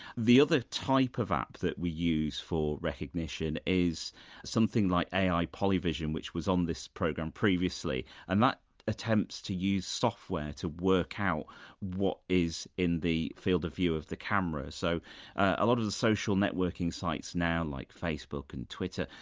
the other type of app that we use for recognition is something like ai polyvision, which was on this programme previously and that attempts to use software to work out what is in the field of view of the camera. so a lot of the social networking sites now, like facebook and twitter,